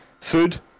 food